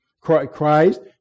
Christ